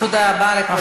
תודה רבה לכבוד השר.